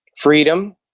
freedom